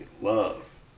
love